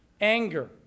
anger